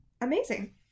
amazing